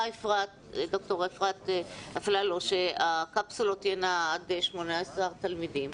דוקטור אפרת אפללו שהקפסולות תהיינה עד 18 תלמידים,